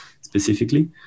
specifically